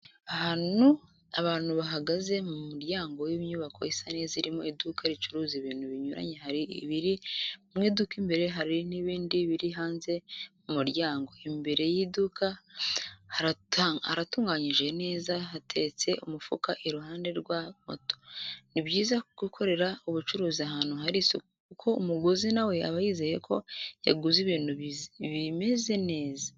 Abantu bagagaze mu muryango w'inyubako isa neza irimo iduka ricuruza ibintu binyuranye hari ibiri mw'iduka imbere hari n'ibindi biri hanze ku muryango, imbere y'iduka haratunganyije neza hateretse umufuka iruhande rwa moto. Ni byiza gukorera ubucuruzi ahantu hari isuku kuko umuguzi nawe aba yizeye ko yaguze ibintu bimeze neza.